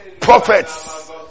prophets